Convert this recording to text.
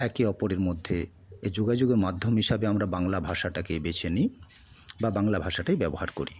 একে অপরের মধ্যে যোগাযোগের মাধ্যম হিসাবে আমরা বাংলা ভাষাটাকে বেছে নিই বা বাংলা ভাষাটাই ব্যবহার করি